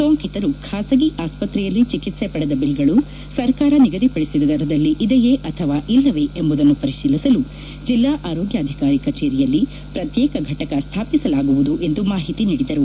ಸೋಂಕಿತರು ಖಾಸಗಿ ಆಸ್ಪತ್ರೆಯಲ್ಲಿ ಚಿಕಿತ್ಪೆ ಪಡೆದ ಬಿಲ್ಗಳು ಸರಕಾರ ನಿಗದಿಪಡಿಸಿದ ದರದಲ್ಲಿ ಇದೆಯೇ ಅಥವಾ ಇಲ್ಲವೇ ಎಂಬುದನ್ನು ಪರಿಶೀಲಿಸಲು ಜಿಲ್ಲಾ ಆರೋಗ್ಯಾಧಿಕಾರಿ ಕಚೇರಿಯಲ್ಲಿ ಪ್ರತ್ಯೇಕ ಫಟಕ ಸ್ಮಾಪಿಸಲಾಗುವುದು ಎಂದು ಮಾಹಿತಿ ನೀಡಿದರು